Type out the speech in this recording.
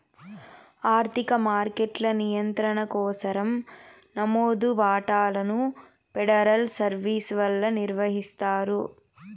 ఆర్థిక మార్కెట్ల నియంత్రణ కోసరం నమోదు వాటాలను ఫెడరల్ సర్వీస్ వల్ల నిర్వహిస్తారు